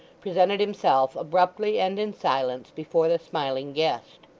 presented himself, abruptly and in silence, before the smiling guest.